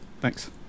Thanks